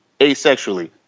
asexually